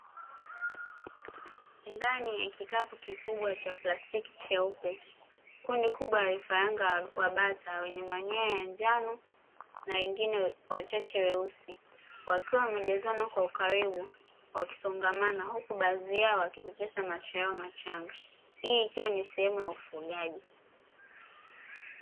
Ndani ya kikapu kikubwa cha plastiki cheupe, kundi kubwa la vifaranga wa bata wenye manyoya ya njano na wengine wachache weusi, wakiwa wamejazana kwa ukaribu wakiwa wamesongamana, huku baadhi yao wakipepesa macho yao machanga. Hii ikiwa ni sehemu ya ufugaji.